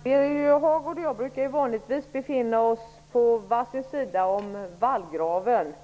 Herr talman! Birger Hagård och jag brukar vanligtvis befinna oss på var sin sida om vallgraven.